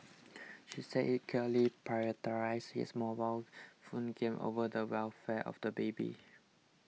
she said he clearly prioritised his mobile phone game over the welfare of the baby